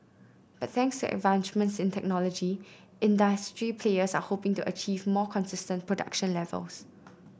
but thanks advancements in technology industry players are hoping to achieve more consistent production levels